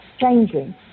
changing